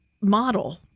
model